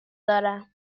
دارم